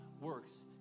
works